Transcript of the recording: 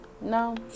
no